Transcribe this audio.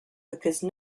because